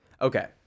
Okay